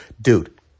dude